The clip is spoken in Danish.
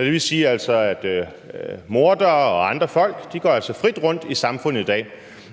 altså sige, at mordere og andre folk går frit rundt i samfundet i dag.